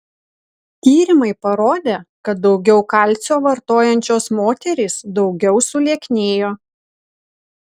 tyrimai parodė kad daugiau kalcio vartojančios moterys daugiau sulieknėjo